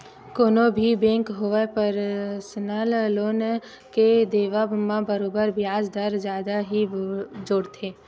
कोनो भी बेंक होवय परसनल लोन के देवब म बरोबर बियाज दर जादा ही जोड़थे